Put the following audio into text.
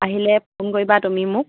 আহিলে ফোন কৰিবা তুমি মোক